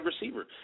receiver